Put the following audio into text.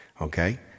okay